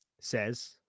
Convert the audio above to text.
says